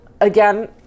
again